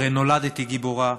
הרי נולדתי גיבורה.